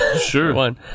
Sure